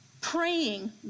praying